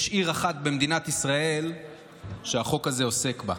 יש עיר אחת במדינת ישראל שהחוק הזה עוסק בה.